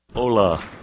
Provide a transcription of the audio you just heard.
Hola